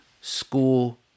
school